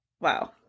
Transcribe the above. wow